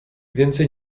więcej